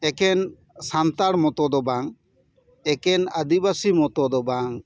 ᱮᱠᱷᱮᱱ ᱥᱟᱱᱛᱟᱲ ᱢᱚᱛᱚ ᱫᱚ ᱵᱟᱝ ᱮᱠᱮᱱ ᱟᱹᱫᱤᱵᱟᱹᱥᱤ ᱢᱚᱛᱚ ᱫᱚ ᱵᱟᱝ